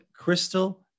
crystal